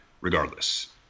regardless